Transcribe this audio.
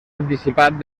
anticipat